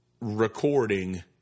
recording